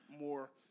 more